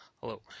Hello